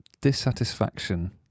dissatisfaction